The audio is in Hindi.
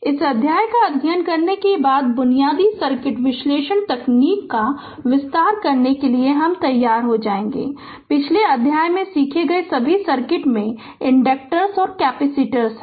इस अध्याय का अध्ययन करने के बाद बुनियादी सर्किट विश्लेषण तकनीक का विस्तार करने के लिए तैयार हो जाएगा पिछले अध्याय में सीखे गए सभी सर्किट में इनडकटेनस और कैपेसिटेंस है